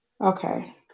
Okay